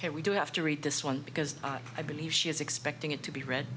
care we do have to read this one because i believe she is expecting it to be read